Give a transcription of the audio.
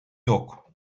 yok